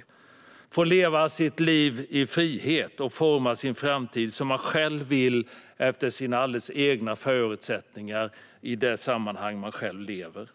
Det är ett samhälle där man får leva sitt liv i frihet och forma sin framtid som man själv vill efter sina alldeles egna förutsättningar i det sammanhang man själv lever. Fru